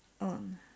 on